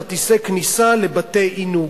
כרטיסי כניסה לבתי-עינוג.